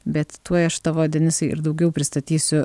bet tuoj aš tavo denisai ir daugiau pristatysiu